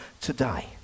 today